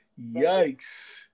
Yikes